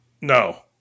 No